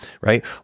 right